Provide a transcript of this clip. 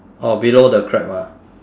oh below the crab ah